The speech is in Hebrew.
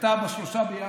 כתב מכתב ב-3 בינואר,